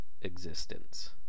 existence